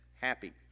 happy